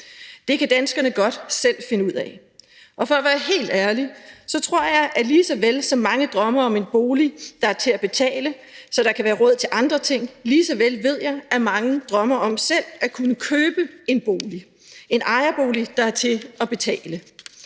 det kan danskerne godt selv finde ud af. Og for at være helt ærlig tror jeg, at lige så vel som mange drømmer om en bolig, der er til at betale, så der kan være råd til andre ting, lige så vel ved jeg, at mange drømmer om selv at kunne købe en bolig, en ejerbolig, der er til at betale.